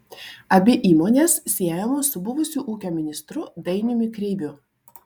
abi įmonės siejamos su buvusiu ūkio ministru dainiumi kreiviu